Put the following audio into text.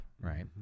Right